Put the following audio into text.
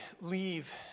leave